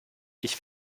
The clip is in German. ich